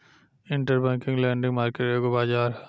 interbank lending market एगो बाजार ह